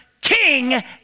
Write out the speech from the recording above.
king